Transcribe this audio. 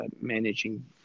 managing